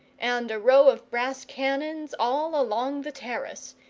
and a row of brass cannons all along the terrace!